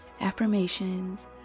affirmations